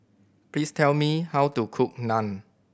please tell me how to cook Naan